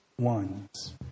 ones